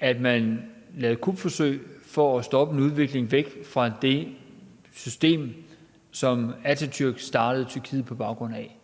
at man lavede kupforsøg for at stoppe en udvikling væk fra det system, som Atatürk startede Tyrkiet på baggrund af,